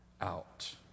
out